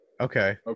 okay